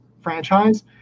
franchise